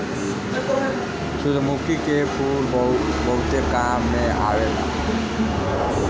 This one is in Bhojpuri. सूरजमुखी के फूल बहुते काम में आवेला